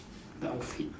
the outfit